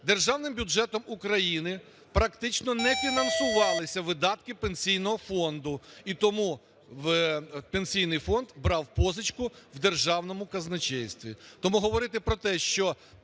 Державним бюджетом України практично не фінансувалися видатки Пенсійного фонду, і тому Пенсійний фонд брав позичку в Державному казначействі. Тому говорити про те, що